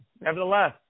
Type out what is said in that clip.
nevertheless